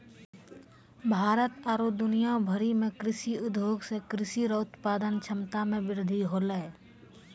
भारत आरु दुनिया भरि मे कृषि उद्योग से कृषि रो उत्पादन क्षमता मे वृद्धि होलै